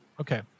Okay